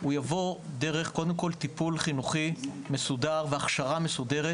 הוא יבוא קודם כול דרך טיפול חינוכי מסודר והכשרה מסודרת,